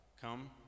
Come